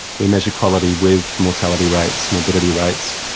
we measure quality with mortality rates, morbidity rates.